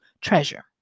treasure